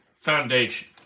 foundation